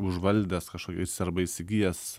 užvaldęs kažkokiais arba įsigijęs